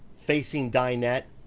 facing dinette.